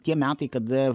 tie metai kada